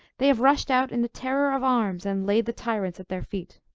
they have rushed out in the terror of arms, and laid the tyrants at their feet.